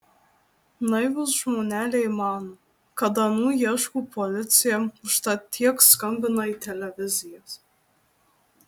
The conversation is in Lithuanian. naivūs žmoneliai mano kad anų ieško policija užtat tiek skambina į televizijas